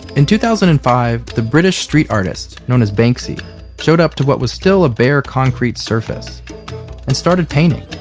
in two thousand and five, the british street artist known as banksy showed up to what was still a bare concrete surface and started painting